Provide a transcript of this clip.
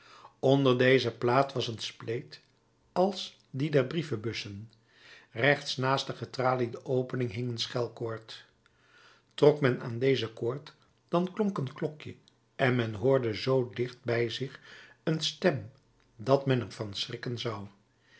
onder deze plaat was een spleet als die der brievenbussen rechts naast de getraliede opening hing een schelkoord trok men aan deze koord dan klonk een klokje en men hoorde zoo dicht bij zich een stem dat men er van schrikken zou